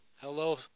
Hello